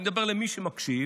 ואני מדבר למי שמקשיב,